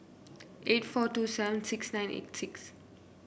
eight four two seven six nine eight six